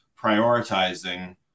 prioritizing